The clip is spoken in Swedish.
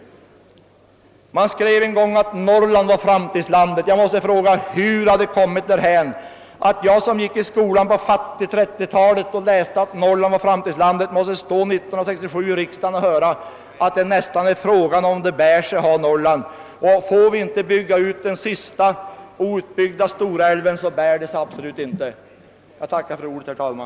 Det skrevs en gång att Norrland var framtidslandet. Jag måste fråga hur det har kunnat komma sig att jag, som gick i skolan på det fattiga 1930-talet och läste att Norrland var framtidslandet, år 1967 måste stå här i riksdagen och höra att det är tveksamt huruvida det bär sig att ha Norrland kvar och att det absolut inte bär sig, om vi inte får bygga ut den sista storälven. Jag tackar för ordet, herr talman!